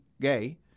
gay